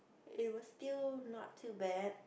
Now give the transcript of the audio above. it was still not too bad